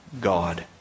God